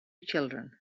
children